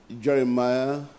Jeremiah